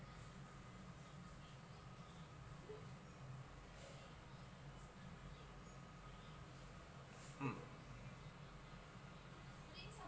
mm